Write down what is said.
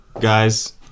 guys